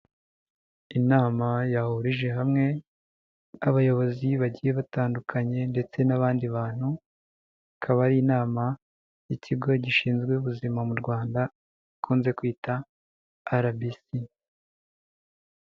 Inama yahurije hamwe abayobozi bagiye batandukanye ndetse n'abandi bantu, akaba ari inama y'ikigo gishinzwe ubuzima mu Rwanda bakunze kwita RBC.